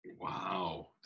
Wow